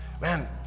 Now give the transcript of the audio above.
man